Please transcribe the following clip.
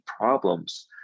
problems